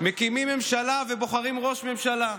מקימים ממשלה ובוחרים ראש ממשלה,